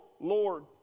Lord